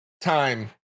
time